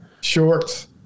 shorts